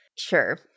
Sure